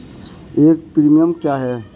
एक प्रीमियम क्या है?